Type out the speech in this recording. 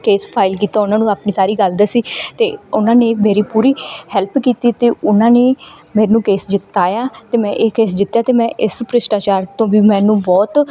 case file ਕੀਤਾ ਉਹਨਾਂ ਨੂੰ ਆਪਣੀ ਸਾਰੀ ਗੱਲ ਦੱਸੀ ਅਤੇ ਉਹਨਾਂ ਨੇ ਮੇਰੀ ਪੂਰੀ ਹੈਲਪ ਕੀਤੀ ਅਤੇ ਉਹਨਾਂ ਨੇ ਮੈਨੂੰ ਕੇਸ ਜਿਤਾਇਆ ਅਤੇ ਮੈਂ ਇਹ ਕੇਸ ਜਿੱਤਿਆ ਅਤੇ ਮੈਂ ਇਸ ਭ੍ਰਿਸ਼ਟਾਚਾਰ ਤੋਂ ਵੀ ਮੈਨੂੰ ਬਹੁਤ